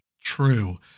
true